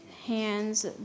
Hands